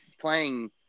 playing